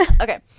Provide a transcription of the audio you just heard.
okay